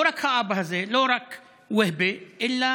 לא רק האבא הזה, לא רק והבי, אלא